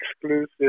exclusive